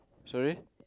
sorry